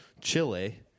Chile